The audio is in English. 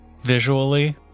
visually